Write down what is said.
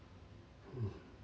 mm